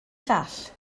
llall